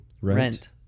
Rent